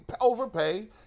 overpay